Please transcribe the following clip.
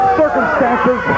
circumstances